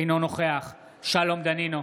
אינו נוכח שלום דנינו,